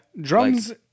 Drums